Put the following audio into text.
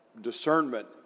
discernment